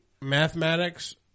mathematics